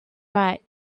right